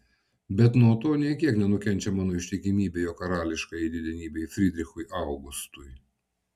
bet nuo to nė kiek nenukenčia mano ištikimybė jo karališkajai didenybei frydrichui augustui